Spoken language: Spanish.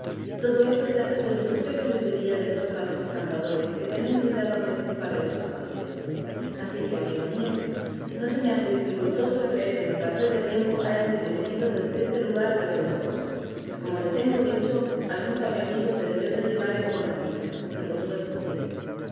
y todo esto se hace por industria y sabiduría destos sabios encantadores que tienen cuidado destos valerosos caballeros así que amigo sancho no se me hace dificultoso creer que en tan breve tiempo hayas ido y venido desde este lugar al del toboso pues como tengo dicho algún sabio amigo te debió de llevar en volandillas sin que tú lo sintieses